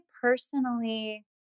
personally